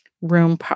room